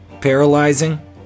paralyzing